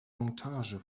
montage